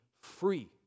free